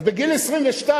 אז בגיל 22,